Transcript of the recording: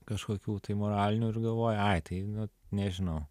kažkokių tai moralinių ir galvoji ai tai nu nežinau